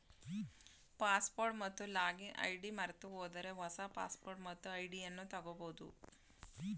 password ಮತ್ತು login ID ಮರೆತುಹೋದರೆ ಹೊಸ ಪಾಸ್ವರ್ಡ್ ಮತ್ತು ಐಡಿಯನ್ನು ತಗೋಬೋದು